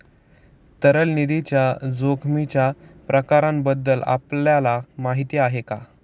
तरल निधीच्या जोखमीच्या प्रकारांबद्दल आपल्याला माहिती आहे का?